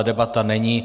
Debata není.